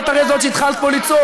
ואת,